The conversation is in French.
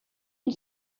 une